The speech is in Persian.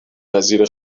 وزیر